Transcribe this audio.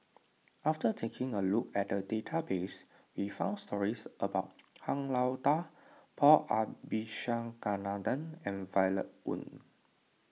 after taking a look at the database we found stories about Han Lao Da Paul Abisheganaden and Violet Oon